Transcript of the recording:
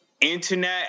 internet